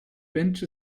bench